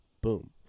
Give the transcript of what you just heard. boom